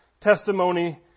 testimony